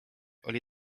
oli